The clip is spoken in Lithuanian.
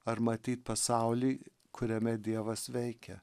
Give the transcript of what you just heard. ar matyt pasauly kuriame dievas veikia